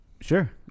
sure